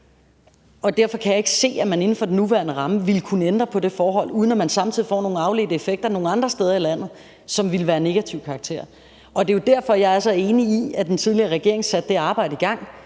derfor kan jeg ikke se, at man inden for den nuværende ramme ville kunne ændre på det forhold, uden at man samtidig får nogen afledte effekt andre steder i landet, som ville være af negativ karakter. Det er derfor, jeg er så enig i, at den tidligere regering satte det arbejde i gang,